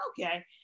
okay